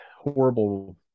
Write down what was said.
horrible